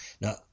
Now